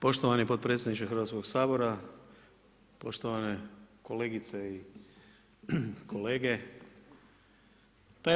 Poštovani potpredsjedniče Hrvatskog sabora, poštovane kolegice i kolege.